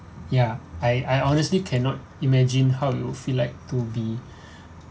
ya I I honestly cannot imagine how it will feel like to be